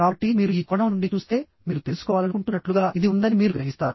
కాబట్టి మీరు ఈ కోణం నుండి చూస్తే మీరు తెలుసుకోవాలనుకుంటున్నట్లుగా ఇది ఉందని మీరు గ్రహిస్తారు